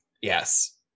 yes